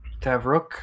Tavrook